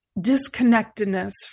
disconnectedness